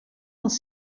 els